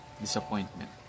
disappointment